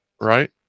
right